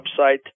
website